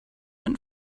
went